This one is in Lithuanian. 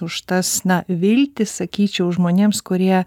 už tas na viltį sakyčiau žmonėms kurie